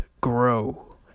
grow